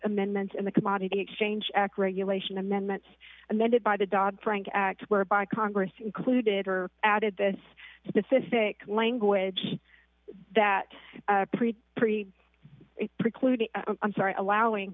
amendment and the commodity exchange act regulation amendments amended by the dog frank act whereby congress included or added this specific language that pretty pretty precluded i'm sorry allowing